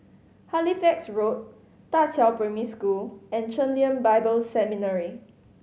Halifax Road Da Qiao Primary School and Chen Lien Bible Seminary